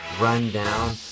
rundown